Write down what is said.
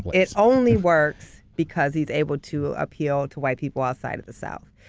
it only works because he's able to appeal to white people outside of the south.